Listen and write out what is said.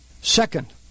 Second